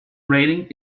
rating